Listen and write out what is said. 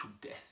death